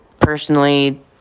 personally